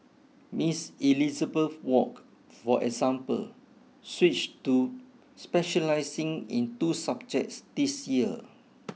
Ms Elizabeth Wok for example switched to specialising in two subjects this year